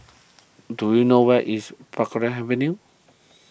do you know where is Avenue